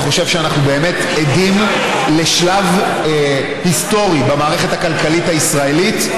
אני חושב שאנחנו באמת עדים לשלב היסטורי במערכת הכלכלית הישראלית,